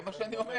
זה מה שאני אומר.